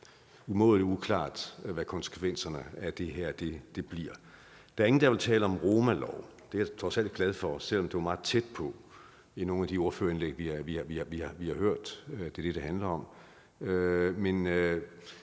umådelig uklart, hvad konsekvenserne af det her bliver. Der er ingen, der vil tale om romalov, og det er jeg trods alt glad for, selv om det var meget tæt på i nogle af de ordførerindlæg, vi har hørt, altså at det var det, det handlede om.